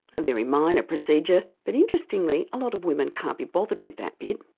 a very minor procedure but interestingly a lot of women can't be bothered with that bit.